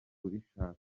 kubishaka